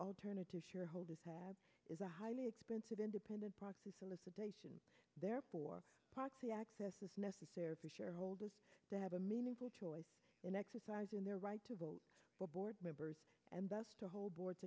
alternative shareholders have is a highly expensive independent proxy solicitation therefore proxy access is necessary for shareholders to have a meaningful choice in exercising their right to vote for board members and thus to hold bo